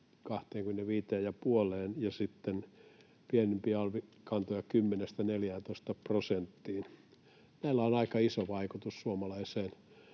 ja sitten pienempiä alvikantoja 10:stä 14 prosenttiin. Näillä on aika iso vaikutus suomalaiseen